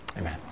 amen